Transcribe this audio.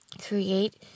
create